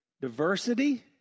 Diversity